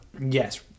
yes